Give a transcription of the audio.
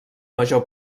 major